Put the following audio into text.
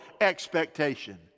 expectation